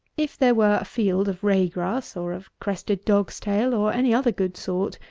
if there were a field of ray-grass, or of crested dog's-tail, or any other good sort,